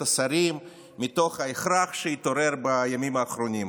השרים מתוך ההכרח שהתעורר בימים האחרונים: